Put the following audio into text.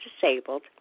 disabled